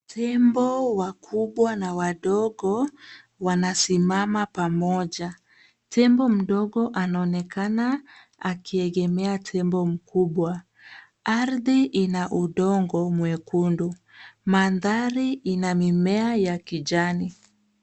Tembo wakubwa na wadogo wanasimama pamoja. Tembo mdogo anaonekana akiegemea tembo mkubwa. Ardhi ina udongo mwekundu. Mandhari ina mimea ya kijani.